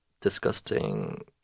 disgusting